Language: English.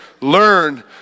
learn